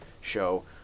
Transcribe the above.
show